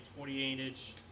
28-inch